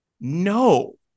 no